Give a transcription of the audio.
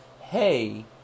hey